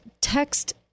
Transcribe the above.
text